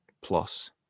Plus